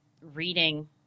reading